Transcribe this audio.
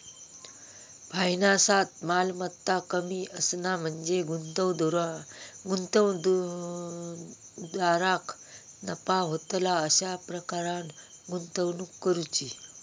फायनान्सात, मालमत्ता कमी असणा म्हणजे गुंतवणूकदाराक नफा होतला अशा प्रकारान गुंतवणूक करुची